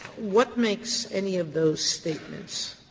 what makes any of those statements